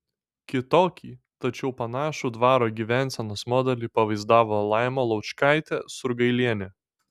kitokį tačiau panašų dvaro gyvensenos modelį pavaizdavo laima laučkaitė surgailienė